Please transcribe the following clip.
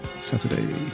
Saturday